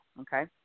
okay